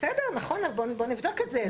בסדר, נכון, אז בוא נבדוק את זה.